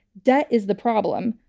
debt is the problem.